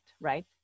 right